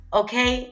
okay